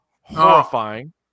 horrifying